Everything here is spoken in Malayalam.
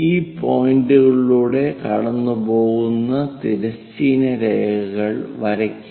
ഈ പോയിന്റുകളിലൂടെ കടന്നുപോകുന്ന തിരശ്ചീന രേഖകൾ വരയ്ക്കുക